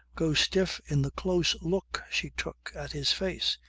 go stiff in the close look she took at his face.